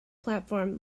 platform